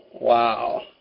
Wow